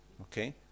Okay